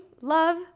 love